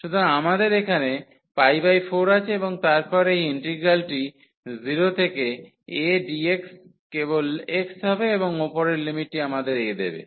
সুতরাং আমাদের এখানে 4 আছে এবং তারপর এই ইন্টিগ্রালটি 0 থেকে a dx কেবল x হবে এবং উপরের লিমিটটি আমাদের a দেবে